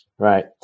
right